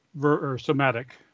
somatic